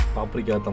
Paprika